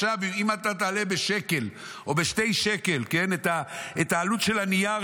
אם אתה תעלה בשקל או בשני שקלים את עלות הנייר,